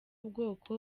bwoko